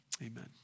amen